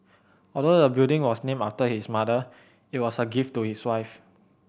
although the building was named after his mother it was a gift to his wife